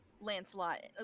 Lancelot